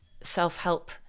self-help